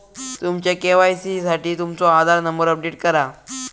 तुमच्या के.वाई.सी साठी तुमचो आधार नंबर अपडेट करा